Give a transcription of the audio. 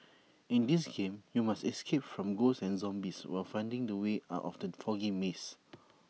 in this game you must escape from ghosts and zombies while finding the way out of the foggy maze